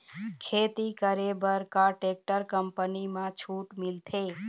खेती करे बर का टेक्टर कंपनी म छूट मिलथे?